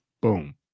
boom